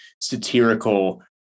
satirical